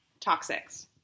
Toxics